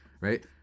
right